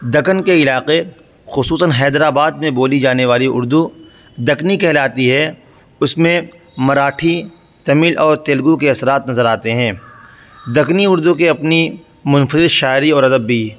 دکن کے علاقے خصوصاً حیدرآباد میں بولی جانے والی اردو دکنی کہلاتی ہے اس میں مراٹھی تمل اور تیلگو کے اثرات نظر آتے ہیں دکنی اردو کی اپنی منفرد شاعری اور ادب بھی